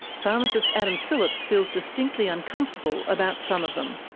pharmacist adam phillips feels distinctly uncomfortable about some of them.